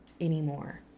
anymore